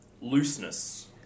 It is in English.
Looseness